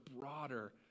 broader